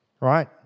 Right